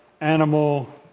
animal